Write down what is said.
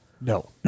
No